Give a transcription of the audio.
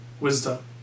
wisdom